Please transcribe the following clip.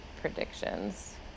predictions